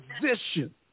position